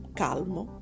calmo